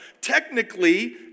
technically